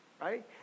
right